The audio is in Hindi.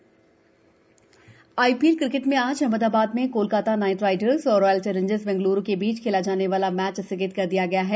आई ीएल आईपीएल क्रिकेट में आज अहमदाबाद में कोलकाता नाइट राइडर्स और रॉयल चैंलेजर्स बैंगलोर के बीच खेला जाने वाला मैच स्थगित कर दिया गया है